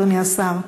אדוני השר.